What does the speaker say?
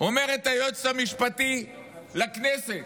אומרת היועצת המשפטית לכנסת,